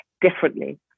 differently